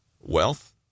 Wealth